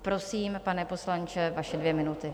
Prosím, pane poslanče, vaše dvě minuty.